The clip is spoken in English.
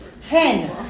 ten